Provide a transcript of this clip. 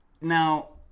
Now